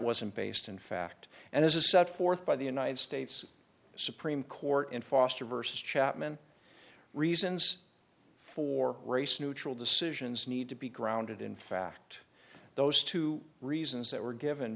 wasn't based in fact and as a set forth by the united states supreme court in foster versus chapman reasons for race neutral decisions need to be grounded in fact those two reasons that were given